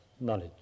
knowledge